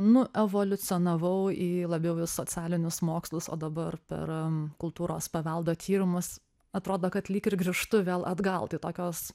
nuevoliucionavau į labiau socialinius mokslus o dabar per kultūros paveldo tyrimus atrodo kad lyg ir grįžtu vėl atgal tai tokios